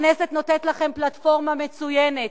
הכנסת נותנת לכם פלטפורמה מצוינת